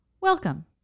welcome